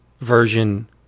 version